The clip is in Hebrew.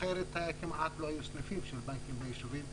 אחרת כמעט לא היו סניפים של בנקים ביישובים ערבים.